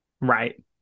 Right